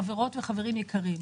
חברות וחברים יקרים,